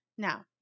Now